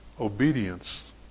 obedience